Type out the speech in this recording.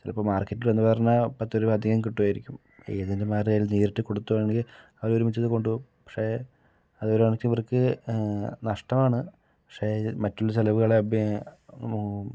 ചിലപ്പോൾ മാർക്കറ്റില് എന്ന് പറഞ്ഞാൽ പത്തു രൂപ അധികം കിട്ടുമായിരിക്കും ഈ ഏജൻറ്റ്മാരിൽ നേരിട്ട് കൊടുക്കുവാണെങ്കിൽ അവര് ഒരുമിച്ച് ഇത് കൊണ്ട് പോകും പക്ഷെ അത് ഒരു കണക്കിന് ഇവർക്ക് നഷ്ടമാണ് പക്ഷെ മറ്റുള്ള ചിലവുകൾ അപേ